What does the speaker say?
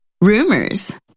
rumors